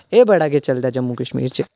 एह् बड़ा गै चलदा ऐ जम्मू कश्मीर च